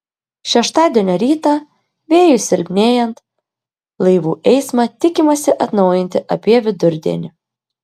šeštadienio rytą vėjui silpnėjant laivų eismą tikimasi atnaujinti apie vidurdienį